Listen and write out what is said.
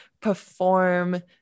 perform